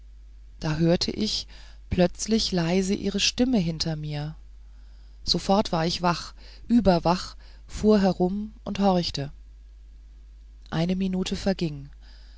da hörte ich plötzlich leise ihre stimme hinter mir sofort war ich wach überwach fuhr herum und horchte eine minute verging